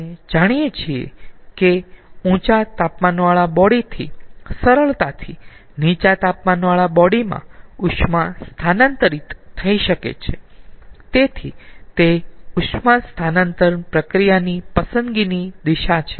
આપણે જાણીયે છીએ કે ઊંચા તાપમાનવાળા બોડી થી સરળતાથી નીચા તાપમાનવાળા બોડી માં ઉષ્મા સ્થાનાંતરિત થઈ શકે છે તેથી તે ઉષ્મા સ્થાનાંતરણ પ્રક્રિયાની પસંદગીની દિશા છે